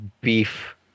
beef